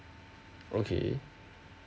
okay